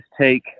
take